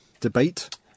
debate